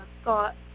Scott